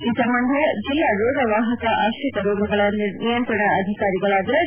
ಈ ಸಂಬಂಧ ಜಿಲ್ಲಾ ರೋಗವಾಹಕ ಆಶ್ರಿತ ರೋಗಗಳ ನಿಯಂತ್ರಣ ಅಧಿಕಾರಿಗಳಾದ ಡಾ